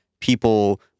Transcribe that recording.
people